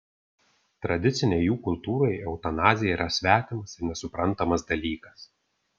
tradicinei jų kultūrai eutanazija yra svetimas ir nesuprantamas dalykas